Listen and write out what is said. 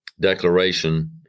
declaration